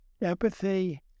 Empathy